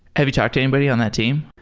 have you talked to anybody on that team?